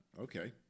okay